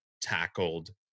tackled